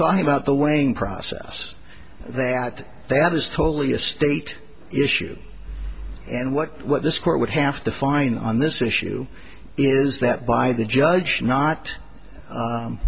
talking about the weighing process that that is totally a state issue and what what this court would have to find on this issue is that by the judge not